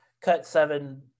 cut-seven